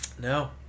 No